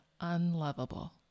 unlovable